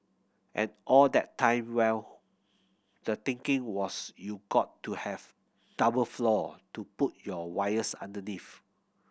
and all that time well the thinking was you got to have double floor to put your wires underneath